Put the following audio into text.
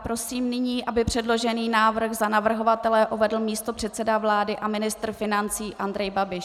Prosím nyní, aby předložený návrh za navrhovatele uvedl místopředseda vlády a ministr financí Andrej Babiš.